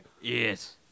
Yes